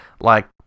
like-